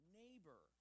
neighbor